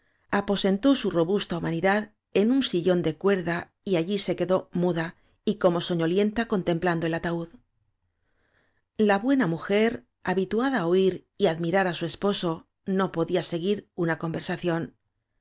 aposentó su robusta humanidad en un sillón de cuerda y allí se quedó muda y como soñolienta con templando el ataúd la buena mujer habi tuada á oir y admirar á su esposo no podía seguir una conversación